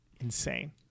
Insane